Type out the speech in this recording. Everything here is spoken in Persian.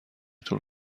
طول